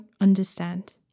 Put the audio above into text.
understand